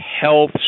health